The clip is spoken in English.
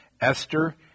Esther